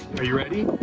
are you ready?